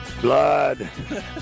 Blood